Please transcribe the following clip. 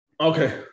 Okay